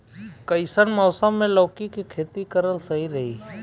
कइसन मौसम मे लौकी के खेती करल सही रही?